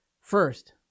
First